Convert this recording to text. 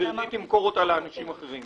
שגברתי תמכור אותה לאנשים אחרים,